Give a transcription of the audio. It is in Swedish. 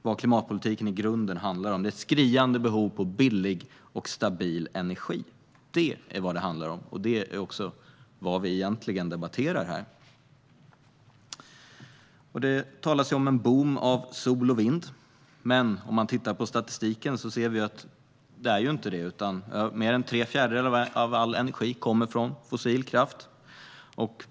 Vad klimatpolitiken i grunden handlar om är ett skriande behov av billig och stabil energi. Detta är vad det handlar om, och det är också vad vi egentligen debatterar här. Det har talats om en boom för sol och vind, men statistiken visar att det inte är på det viset. Mer än tre fjärdedelar av all energi kommer från fossil kraft.